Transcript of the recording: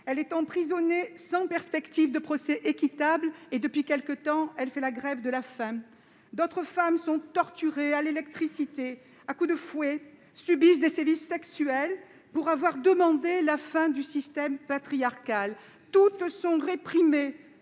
! Emprisonnée sans perspective de procès équitable, elle fait aujourd'hui la grève de la faim. D'autres femmes sont torturées à l'électricité ou à coups de fouet ou subissent des sévices sexuels pour avoir demandé la fin du système patriarcal. Toutes sont réprimées